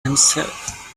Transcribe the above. himself